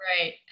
Right